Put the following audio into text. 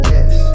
Yes